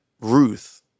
Ruth